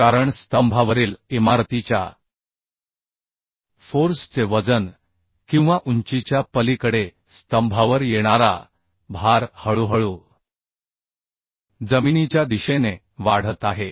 कारण स्तंभावरील इमारतीच्या फोर्स चे वजन किंवा उंचीच्या पलीकडे स्तंभावर येणारा भार हळूहळू जमिनीच्या दिशेने वाढत आहे